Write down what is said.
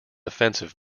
offensive